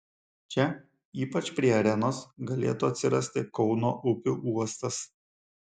čia ypač prie arenos galėtų atsirasti kauno upių uostas